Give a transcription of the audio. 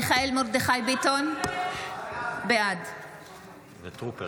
מיכאל מרדכי ביטון, בעד חילי טרופר